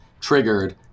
triggered